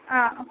ആ